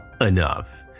enough